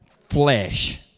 flesh